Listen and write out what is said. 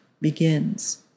begins